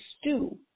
stew